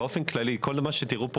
באופן כללי כל מה שתראו פה,